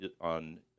on